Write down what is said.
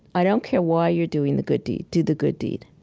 i don't care why you're doing the good deed. do the good deed.